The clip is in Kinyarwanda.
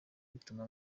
bituma